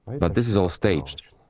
but this is all staged,